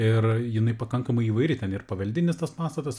ir jinai pakankamai įvairi ten ir paveldinis tas pastatas